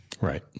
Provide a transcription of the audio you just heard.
Right